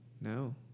no